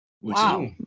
Wow